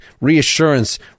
reassurance